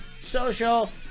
social